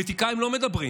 הפוליטיקאים לא מדברים.